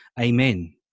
Amen